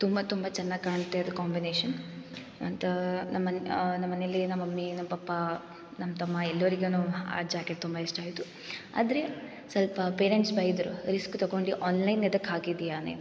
ತುಂಬ ತುಂಬ ಚೆನ್ನಾಗ್ ಕಾಣುತ್ತೆ ಅದು ಕಾಂಬಿನೇಷನ್ ಅಂತಾ ನಮ್ಮ ಮನ ನಮ್ಮ ಮನೆಯಲ್ಲಿ ನಮ್ಮ ಮಮ್ಮಿ ನಮ್ಮ ಪಪ್ಪ ನಮ್ಮ ತಮ್ಮ ಎಲ್ಲರಿಗು ಆ ಜಾಕೆಟ್ ತುಂಬ ಇಷ್ಟ ಆಯಿತು ಆದರೆ ಸ್ವಲ್ಪ ಪೇರೆಂಟ್ಸ್ ಬೈದರು ರಿಸ್ಕ್ ತಗೊಂಡು ಆನ್ಲೈನ್ ಯಾವ್ದಕ್ ಹಾಕಿದ್ದೀಯ ನೀನು